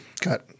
got